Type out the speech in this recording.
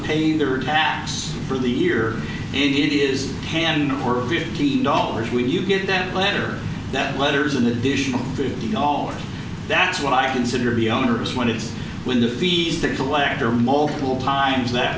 pay their taxes for the year it is ten or fifteen dollars when you get that letter that letters an additional fifty dollars that's what i consider to be onerous when it's when defeat a collector multiple times that